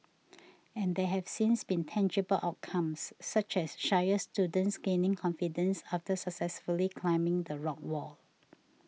and there have since been tangible outcomes such as shyer students gaining confidence after successfully climbing the rock wall